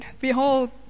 Behold